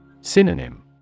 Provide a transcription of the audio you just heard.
Synonym